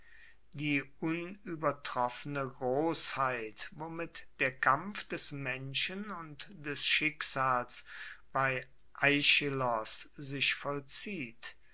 die unuebertroffene grossheit womit der kampf des menschen und des schicksals bei aeschylos sich vollzieht